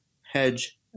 hedge